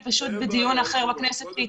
היא בדיון אחר בכנסת.